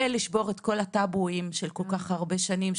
ולשבור את כל הטאבואים של כל כך הרבה שנים,